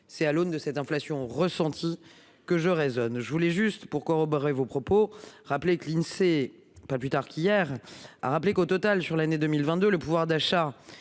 C'est à l'aune de cette inflation ressentie que je raisonne, je voulais juste pour corroborer vos propos. Rappeler que l'Insee. Pas plus tard qu'hier, a rappelé qu'au total sur l'année 2022 le pouvoir d'achat